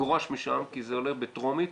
תגורש משם כי זה עולה בטרומית,